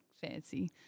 fancy